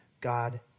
God